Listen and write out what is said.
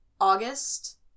August